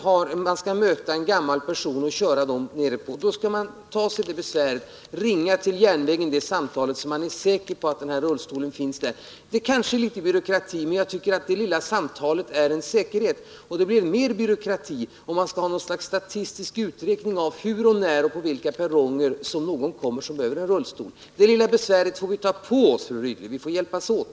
Om man skall möta en gammal person som behöver rullstol får man ta på sig det lilla besväret att ringa ett samtal till järnvägen, så att man är säker på att rullstolen finns där. Det innebär kanske någon byråkrati, men jag tycker att detta samtal bör vara en säkerhet. Det blir mer byråkratiskt om SJ skall göra något slags statistisk beräkning av när och på vilken perrong det kommer någon som behöver en rullstol. Vi får alltså ta på oss det här lilla besväret, fru Rydle. Vi måste här hjälpas åt.